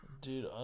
Dude